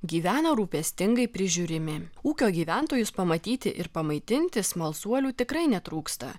gyvena rūpestingai prižiūrimi ūkio gyventojus pamatyti ir pamaitinti smalsuolių tikrai netrūksta